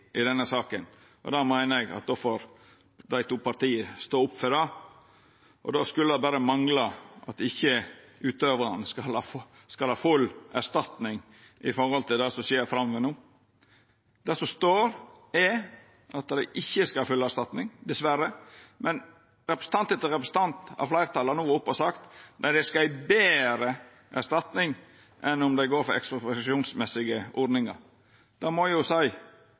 i denne saka, og då meiner eg at dei to partia får stå opp for det. Det skulle berre mangla at ikkje utøvarane skal ha full erstatning når det gjeld det som skjer framover no. Det som står, er at dei ikkje skal ha full erstatning – dessverre – men representant etter representant av fleirtalet har no vore på talarstolen og sagt at dei skal ha ei betre erstatning enn om ein går for ekspropriasjonsmessige ordningar. Dei må jo seia at det